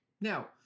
Now